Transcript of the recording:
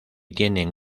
tienen